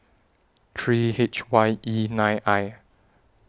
three H Y E nine I